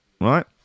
right